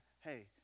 hey